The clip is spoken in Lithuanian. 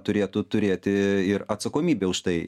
turėtų turėti ir atsakomybę už tai